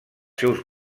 seus